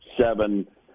seven